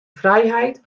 frijheid